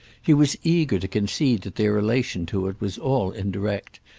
he was eager to concede that their relation to it was all indirect,